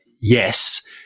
Yes